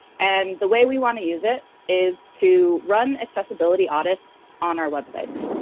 and the way we want to use it is to run accessibility audits on our websites.